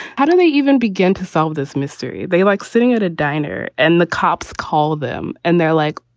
how did they even begin to solve this mystery? they like sitting at a diner and the cops call them and they're like,